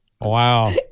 Wow